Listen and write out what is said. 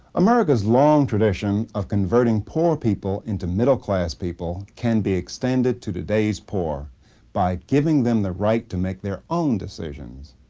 america's long tradition of converting poor people into middle class people can be extended to today's poor by giving them the right to make their own decisions.